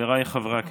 חבריי חברי הכנסת,